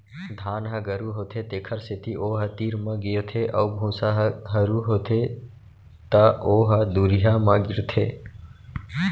धान ह गरू होथे तेखर सेती ओ ह तीर म गिरथे अउ भूसा ह हरू होथे त ओ ह दुरिहा म गिरथे